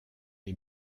les